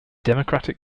democratic